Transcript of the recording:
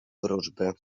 wróżby